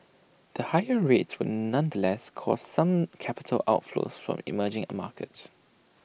the higher rates would nonetheless cause some capital outflows from emerging markets